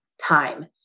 time